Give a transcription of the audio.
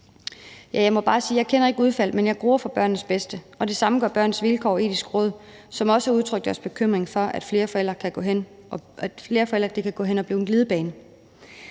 Jeg kender ikke udfaldet, men jeg gruer for børnenes bedste, og det samme gør Børns Vilkår og Det Etiske Råd, som også har udtrykt deres bekymring for, at det med flere forældre kan gå hen at blive en glidebane.